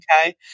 Okay